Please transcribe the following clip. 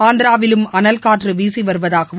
ஆந்திராவிலும் அனல்காற்று வீசி வருவதாகவும்